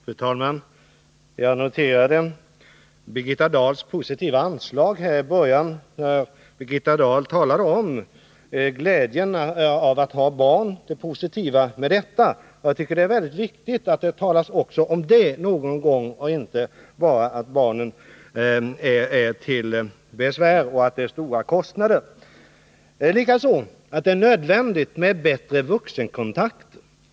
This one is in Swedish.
Fru talman! Jag noterade Birgitta Dahls positiva anslag. Hon började sitt anförande med att tala om glädjen av att ha barn. Jag tycker att det är väldigt viktigt att det talas också om det någon gång och inte bara om att barnen är till besvär och förorsakar stora kostnader. Likaså är jag ense med Birgitta Dahl om att det är nödvändigt med bättre vuxenkontakter.